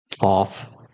off